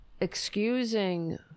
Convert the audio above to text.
excusing